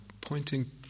pointing